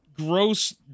gross